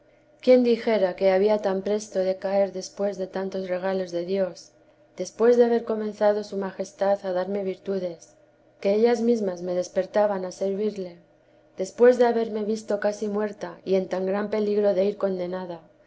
quién dijera que había tan presto de caer después de tantos regalos de dios después de haber comenzado su majestad a darme virtudes que ellas mesmas me despertaban a servirle después de haberme visto casi muerta y en tan gran peligro de ir condenada